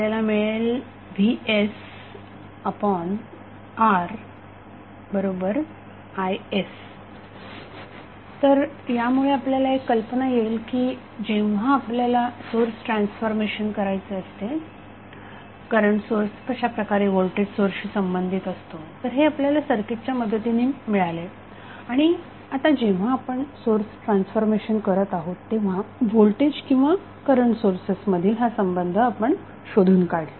आपल्याला इथे मिळेल vsRis तर यामुळे आपल्याला एक कल्पना येईल की जेव्हा आपल्याला सोर्स ट्रान्सफॉर्मेशन करायचे असते करंट सोर्स कशा प्रकारे व्होल्टेज सोर्सशी संबंधित असतो तर हे आपल्याला सर्किटच्या मदतीने मिळाले आणि आता जेव्हा आपण सोर्स ट्रान्सफॉर्मेशन करत आहोत तेव्हा व्होल्टेज आणि करंट सोर्सेस मधील हा संबंध आपण शोधून काढला